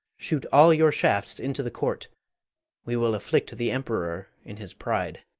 shoot all your shafts into the court we will afflict the emperor in his pride.